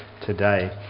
today